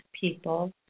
people